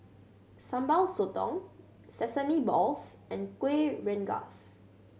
Sambal Sotong sesame balls and Kuih Rengas